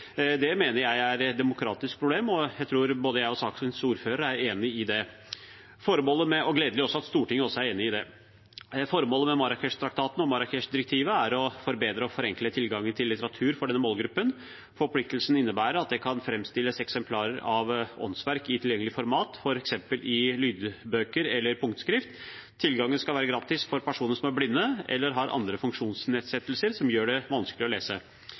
Det mener jeg er et demokratisk problem, og jeg tror sakens ordfører er enig i det. Det er gledelig at også Stortinget er enig i det. Formålet med Marrakechtraktaten og Marrakechdirektivet er å forbedre og forenkle tilgangen til litteratur for denne målgruppen. Forpliktelsene innebærer at det kan framstilles eksemplarer av åndsverk i tilgjengelige format, f.eks. i form av lydbøker eller i punktskrift. Tilgangen skal være gratis for personer som er blinde eller har andre funksjonsnedsettelser som gjør det vanskelig å lese.